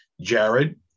Jared